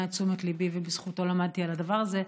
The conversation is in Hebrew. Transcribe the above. את תשומת ליבי ובזכותו למדתי על הדבר הזה,